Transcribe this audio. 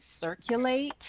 circulate